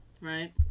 Right